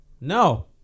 no